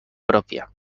pròpia